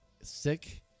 Sick